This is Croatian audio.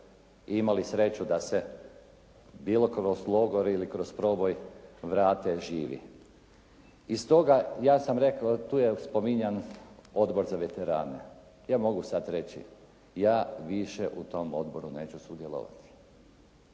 i imali sreću da se bilo kroz logor ili kroz proboj vrate živi. I stoga ja sam rekao tu je spominjan Odbor za veterane. Ja mogu sad reći. Ja više u tom odboru neću sudjelovati.